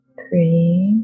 three